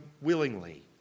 willingly